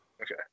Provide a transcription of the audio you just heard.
Okay